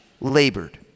labored